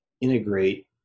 integrate